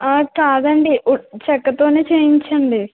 కాదండి వుడ్ చెక్కతోనే చేయించండి